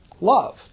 love